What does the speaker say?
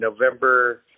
November